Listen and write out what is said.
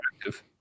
active